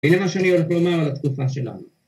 ‫זה מה שאני יכול רק לומר ‫על התקופה שלנו.